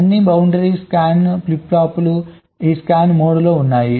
అన్ని boundary scan flip ఫ్లాప్లు ఈ స్కామ్ మోడ్లో ఉన్నాయి